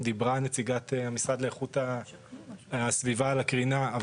דברה נציגת המשרד לאיכות הסביבה על הקרינה,